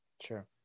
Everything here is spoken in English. Sure